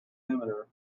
diameter